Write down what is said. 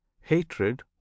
hatred